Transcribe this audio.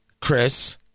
Chris